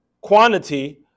quantity